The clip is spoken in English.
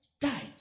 died